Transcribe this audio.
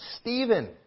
Stephen